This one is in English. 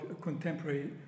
contemporary